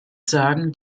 sagen